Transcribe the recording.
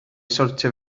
sortio